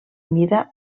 mida